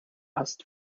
hast